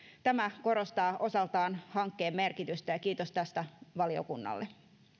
tämä korostaa osaltaan hankkeen merkitystä ja kiitos tästä valiokunnalle